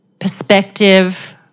perspective